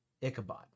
Ichabod